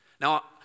Now